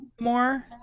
more